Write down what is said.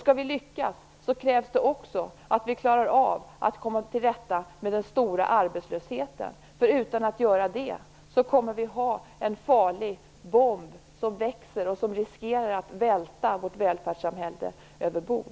Skall vi lyckas krävs det också att vi klarar av att komma till rätta med den stora arbetslösheten. Om vi inte gör det kommer den att bli en farlig bomb som växer och som riskerar att välta vårt välfärdssamhälle över bord.